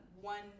One